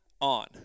on